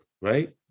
right